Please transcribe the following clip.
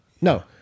No